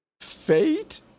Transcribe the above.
fate